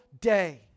day